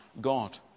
God